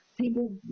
people